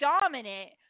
dominant